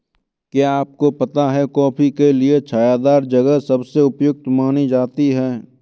क्या आपको पता है कॉफ़ी के लिए छायादार जगह सबसे उपयुक्त मानी जाती है?